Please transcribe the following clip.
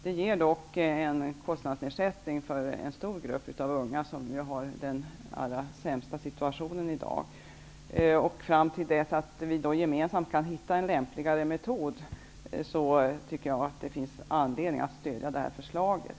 Det innebär dock en kostnadsersättning för en stor grupp av unga, som i dag har den allra sämsta situationen. Fram till dess att vi gemensamt kan hitta en lämpligare metod finns det anledning att stödja det här förslaget.